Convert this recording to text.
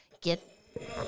get